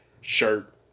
shirt